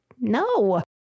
no